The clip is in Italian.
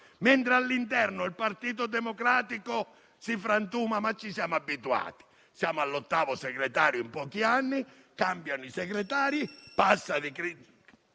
mentre all'interno il Partito Democratico si frantuma, ma ci siamo abituati. Siamo all'ottavo segretario in pochi anni, cambiano i segretari... *(Richiami